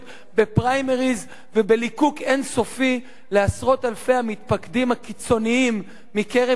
בפריימריס ובליקוק אין-סופי לעשרות אלפי המתפקדים הקיצונים מקרב